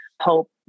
Hope